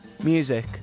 Music